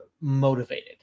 motivated